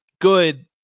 good